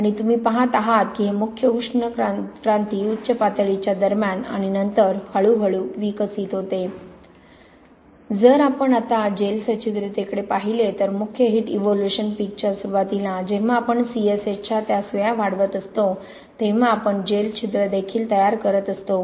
आणि तुम्ही पहात आहात की हे मुख्य उष्ण उत्क्रांती उच्च पातळीच्या दरम्यान आणि नंतर हळूहळू विकसित होते जर आपण आता जेल सच्छिद्रतेकडे पाहिले तर मुख्य हिट इव्होल्यूशन पिकच्या सुरुवातीला जेव्हा आपण CSH च्या त्या सुया वाढवत असतो तेव्हा आपण जेल छिद्र देखील तयार करत असतो